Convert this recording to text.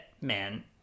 man